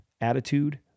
Attitude